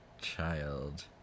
child